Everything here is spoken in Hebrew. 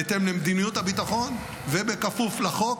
בהתאם למדיניות הביטחון ובכפוף לחוק,